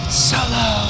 Solo